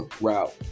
route